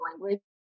language